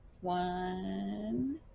one